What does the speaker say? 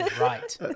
right